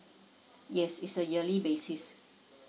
yes is a yearly basis